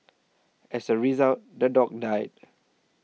as a result the dog died